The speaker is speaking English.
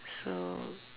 so